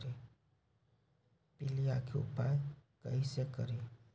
पीलिया के उपाय कई से करी?